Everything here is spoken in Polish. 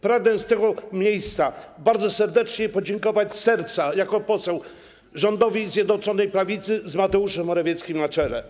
Pragnę z tego miejsca bardzo serdecznie podziękować z serca jako poseł rządowi Zjednoczonej Prawicy z Mateuszem Morawieckim na czele.